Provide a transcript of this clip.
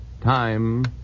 time